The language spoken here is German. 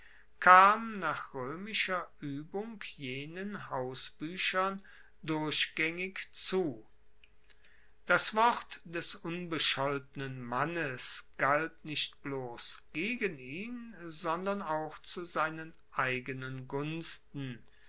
kam nach roemischer uebung jenen hausbuechern durchgaengig zu das wort des unbescholtenen mannes galt nicht bloss gegen ihn sondern auch zu seinen eigenen gunsten